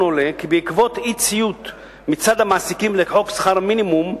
עולה כי עקב אי-ציות מעסיקים לחוק שכר מינימום,